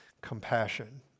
compassion